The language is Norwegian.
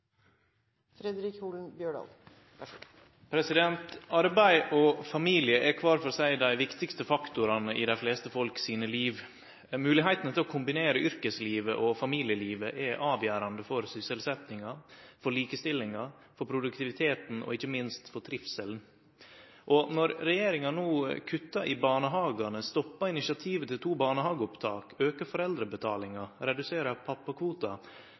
Arbeid og familie er kvar for seg dei viktigaste faktorane i dei fleste folks liv. Moglegheitene til å kombinere yrkeslivet og familielivet er avgjerande for sysselsetjinga, for likestillinga, for produktiviteten og, ikkje minst, for trivselen. Når regjeringa no kuttar i løyvingane til barnehagane, stoppar initiativet til to barnehageopptak, aukar foreldrebetalinga og reduserer pappakvoten, samtidig som ho aukar og